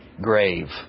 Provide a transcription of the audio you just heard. grave